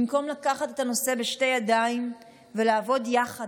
במקום לקחת את הנושא בשתי ידיים ולעבוד יחד